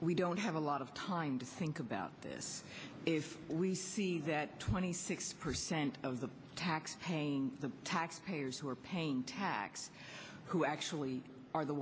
we don't have a lot of time to think about this if we see that twenty six percent of the tax paying the tax payers who are paying tax who actually are the